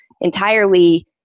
entirely